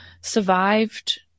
survived